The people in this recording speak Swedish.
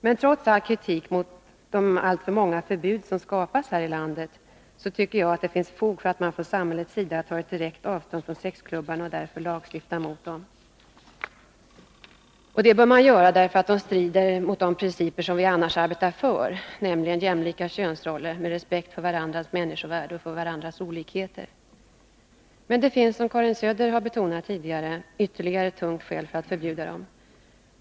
Men trots all kritik mot de alltför många förbud som skapas här i landet, så tycker jag att det finns fog för att man från samhällets sida tar direkt avstånd från sexklubbarna och därför lagstiftar mot dem. Det bör man göra därför att de strider mot principer som vi annars arbetar för, nämligen jämlika könsroller med respekt för varandras människovärde och för varandras olikheter. Men det finns, som Karin Söder tidigare har betonat, ytterligare ett tungt skäl för att förbjuda dem.